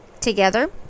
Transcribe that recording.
together